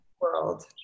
world